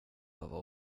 behöva